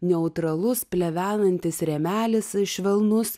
neutralus plevenantis rėmelis švelnus